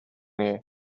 here